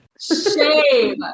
Shame